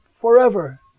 forever